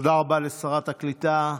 תודה רבה לשרת הקליטה.